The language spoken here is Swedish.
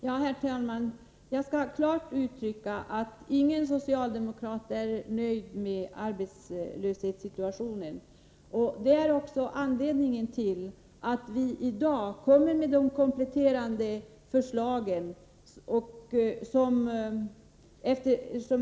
Herr talman! Jag skall klart uttrycka att ingen socialdemokrat är nöjd med arbetslöshetssituationen. Det är också anledningen till att vi i dag kommer med kompletterande förslag.